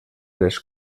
les